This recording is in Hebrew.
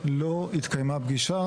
לא התקיימה פגישה,